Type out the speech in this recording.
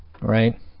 right